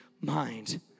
mind